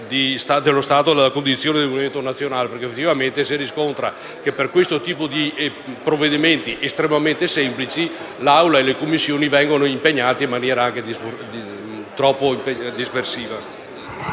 dichiarazione della condizione di monumento nazionale. Effettivamente, si riscontra che per questo tipo di provvedimenti estremamente semplici l'Assemblea e le Commissioni vengono impegnate in maniera troppo dispersiva.